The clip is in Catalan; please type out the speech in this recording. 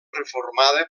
reformada